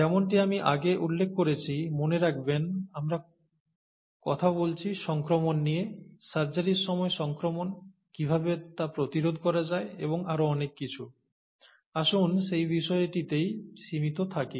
যেমনটি আমি আগে উল্লেখ করেছি মনে রাখবেন আমরা কথা বলছি সংক্রমণ নিয়ে সার্জারির সময় সংক্রমণ কীভাবে তা প্রতিরোধ করা যায় এবং আরও অনেক কিছু আসুন সেই বিষয়টিতেই সীমিত থাকি